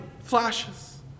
flashes